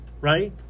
right